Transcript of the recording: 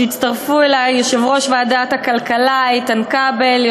שהצטרפו אלי: יושב-ראש ועדת הכלכלה איתן כבל,